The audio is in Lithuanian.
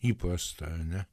įprasta ar ne